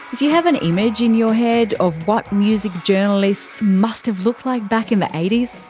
if you have an image in your head of what music journalists must have looked like back in the eighty s.